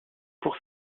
pour